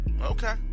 Okay